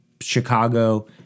Chicago